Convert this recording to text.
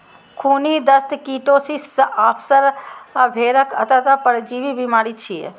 खूनी दस्त, कीटोसिस, आफरा भेड़क अंतः परजीवी बीमारी छियै